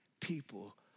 people